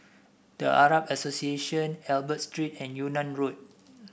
The Arab Association Albert Street and Yunnan Road